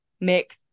make